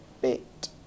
bit